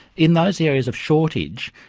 in those areas of shortage,